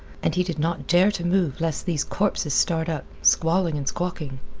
and he did not dare to move lest these corpses start up, squalling and squawking.